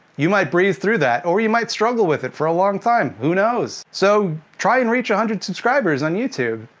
you might breeze through that, or you might struggle with it for a long time. who knows? so, try and reach one hundred subscribers on youtube.